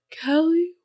kelly